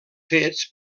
fets